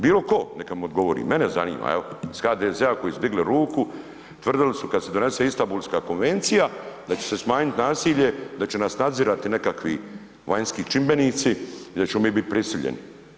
Bilo ko neka mi odgovori mene zanima, iz HDZ-a koji su digli ruku tvrdili su kada se donese Istambulska konvencija da će se smanjiti nasilje, da će nas nadzirati nekakvi vanjski čimbenici i da ćemo mi biti prisiljeni.